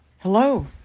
Hello